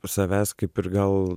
savęs kaip ir gal